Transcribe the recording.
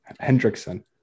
Hendrickson